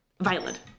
violent